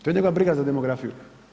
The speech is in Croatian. To je njegova briga za demografiju.